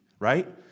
Right